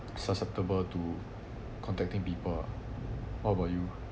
susceptible to contacting people ah what about you